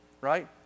Right